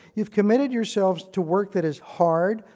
you've committed yourselves to work that is hard,